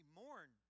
mourn